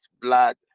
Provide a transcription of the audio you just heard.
blood